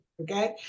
Okay